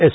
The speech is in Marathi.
एस